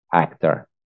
actor